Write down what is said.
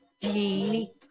Genie